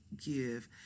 give